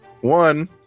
One